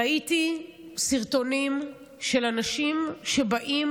ראיתי סרטונים של אנשים שבאים,